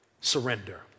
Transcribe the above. Surrender